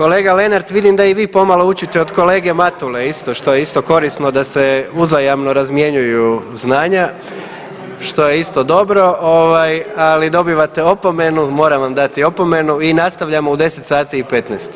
Kolega Lenart, vidim da i vi pomalo učite od kolege Matule isto, što je isto korisno da se uzajamno razmjenjuju znanja, što je isto dobro, ovaj ali dobivate opomenu, moram vam dati opomenu i nastavljamo u 10 sati i 15.